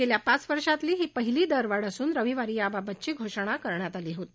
गेल्या पाच वर्षातली ही पहिली दरवाढ असून रविवारी याबाबतची घोषणा करण्यात आली होती